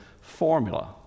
formula